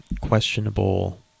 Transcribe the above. questionable